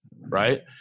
right